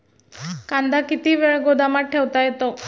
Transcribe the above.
कांदा किती वेळ गोदामात ठेवता येतो?